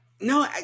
no